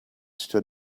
stood